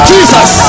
Jesus